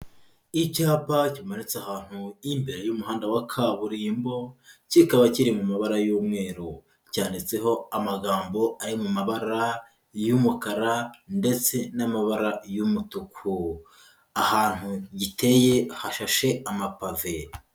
Icyapa kimanitse ahantu imbere y'umuhanda wa kaburimbo, kikaba kiri mu mabara y'umweru, cyanditseho amagambo ari mu mabara y'umukara ndetse n'amabara y'umutuku, ahantu giteye hashashe amapave.